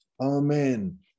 amen